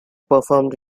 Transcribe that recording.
performed